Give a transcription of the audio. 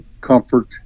comfort